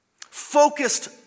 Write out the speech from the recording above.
focused